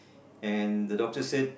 and the doctor said